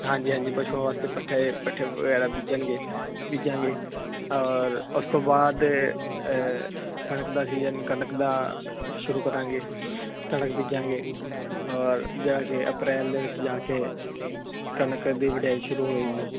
ਹਾਂਜੀ ਹਾਂਜੀ ਪਸ਼ੂ ਵਾਸਤੇ ਪੱਠੇ ਪੱਠੇ ਵਗੈਰਾ ਬੀਜਣਗੇ ਬੀਜਾਂਗੇ ਔਰ ਉਸ ਤੋਂ ਬਾਅਦ ਕਣਕ ਦਾ ਸੀਜਨ ਕਣਕ ਦਾ ਸ਼ੁਰੂ ਕਰਾਂਗੇ ਤੜਕ ਬੀਜਾਂਗੇ ਔਰ ਜਿਹੜਾ ਕਿ ਅਪ੍ਰੈਲ ਦੇ ਵਿੱਚ ਜਾ ਕੇ ਕਣਕ ਦੀ ਵਡਿਆਈ ਸ਼ੁਰੂ ਹੋਏਗੀ